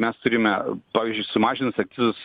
mes turime pavyzdžiui sumažinus akcizus